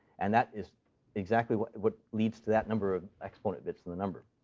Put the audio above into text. and that is exactly what what leads to that number of exponent bits in the number.